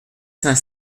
cinq